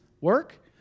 work